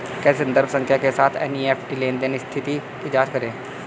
कैसे संदर्भ संख्या के साथ एन.ई.एफ.टी लेनदेन स्थिति की जांच करें?